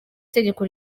itegeko